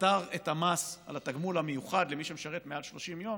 שפטר ממס את התגמול המיוחד למי שמשרת מעל 30 יום.